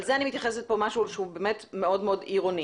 אבל זה אני מתייחסת פה למשהו שהוא באמת מאוד עירוני,